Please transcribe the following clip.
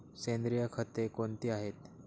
सेंद्रिय खते कोणती आहेत?